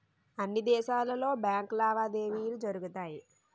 అన్ని దేశాలలో బ్యాంకు లావాదేవీలు జరుగుతాయి